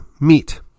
meet